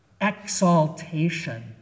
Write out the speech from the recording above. exaltation